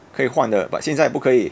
可以换的 but 现在不可以